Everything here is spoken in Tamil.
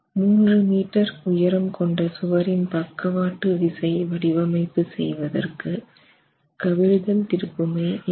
3 மீட்டர் உயரம் கொண்ட சுவரின் பக்கவாட்டு விசை வடிவமைப்பு செய்வதற்கு கவிழ்தல் திருப்புமை 85